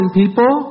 people